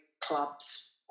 clubs